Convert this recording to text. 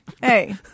Hey